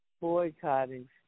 boycotting